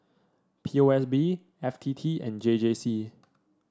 P O S B F T T and J J C